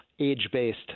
age-based